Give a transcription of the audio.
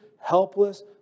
helpless